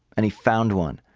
and he found one,